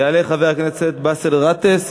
יעלה חבר הכנסת באסל גטאס,